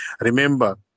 remember